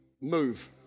move